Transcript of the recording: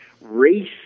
race